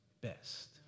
best